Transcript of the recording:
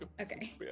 okay